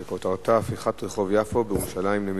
שכותרתה: הפיכת רחוב יפו בירושלים למדרחוב.